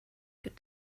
good